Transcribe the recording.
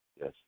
yes